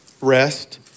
rest